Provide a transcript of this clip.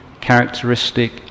characteristic